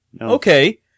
Okay